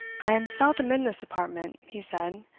i am seldom in this apartment, he said,